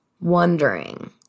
wondering